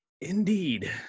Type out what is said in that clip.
Indeed